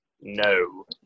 No